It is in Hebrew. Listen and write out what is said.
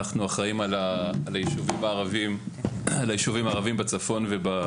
אנחנו מטפלים בכל היישובים הערבים בצפון ובמשולש,